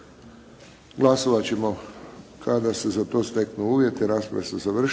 Glasovat ćemo kada se za to steknu uvjeti. Rasprave su završene.